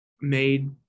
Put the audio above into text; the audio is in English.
made